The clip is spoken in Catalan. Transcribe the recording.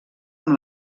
amb